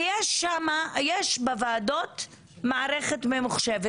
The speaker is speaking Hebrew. ויש בוועדות מערכת ממוחשבת,